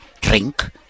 drink